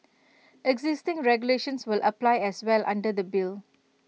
existing regulations will apply as well under the bill